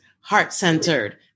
heart-centered